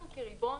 לנו כריבון